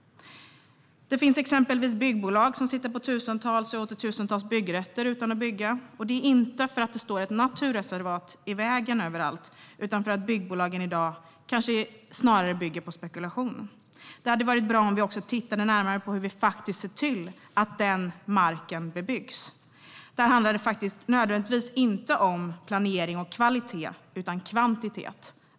Det finns exempelvis byggbolag som sitter på tusentals och åter tusentals byggrätter utan att bygga. Det är inte för att det står ett naturreservat i vägen överallt, utan för att byggbolagen i dag kanske snarare bygger på spekulation. Det vore bra om vi tittade närmare på hur vi ser till att den marken bebyggs. Där handlar det inte nödvändigtvis om planering och kvalitet, utan snarare om kvantitet.